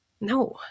no